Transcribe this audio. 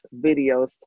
videos